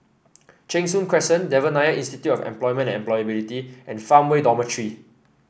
Cheng Soon Crescent Devan Nair Institute of Employment Employability and Farmway Dormitory